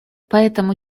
поэтому